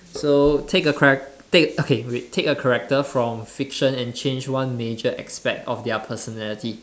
so take a charact~ okay wait take a character from fiction and change one major aspect of their personality